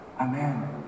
amen